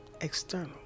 external